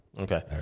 Okay